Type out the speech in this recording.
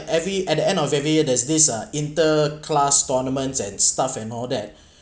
every at the end of every year there's this uh inter-class tournaments and stuff and all that